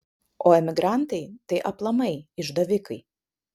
o emigrantai tai aplamai išdavikai